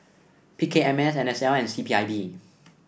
P K M S N S L and C P I B